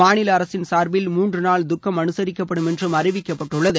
மாநில அரசின் சார்பில் மூன்று நாள் துக்கம் அனுசரிக்கப்படும் என்றும் அறிவிக்கப்பட்டுள்ளது